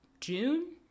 June